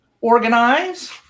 organize